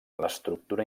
l’estructura